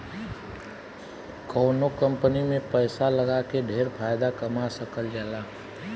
कवनो कंपनी में पैसा लगा के ढेर फायदा कमा सकल जाला